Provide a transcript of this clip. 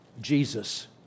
Jesus